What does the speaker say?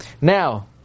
Now